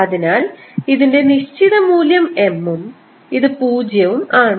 അതിനാൽ ഇതിൻറെ നിശ്ചിത മൂല്യം M ഉം ഇത് പൂജ്യവും ആണ്